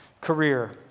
career